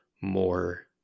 more